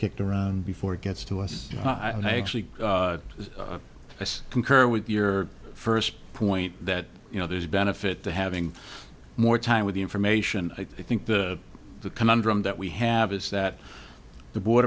kicked around before it gets to us and i actually concur with your first point that you know there's benefit to having more time with the information i think the conundrum that we have is that the board